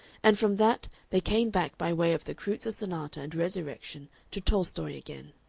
and from that they came back by way of the kreutzer sonata and resurrection to tolstoy again.